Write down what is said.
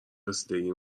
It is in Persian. رسیدگی